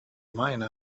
miner